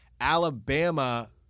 Alabama